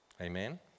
Amen